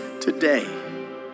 today